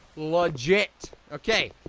legit, okay.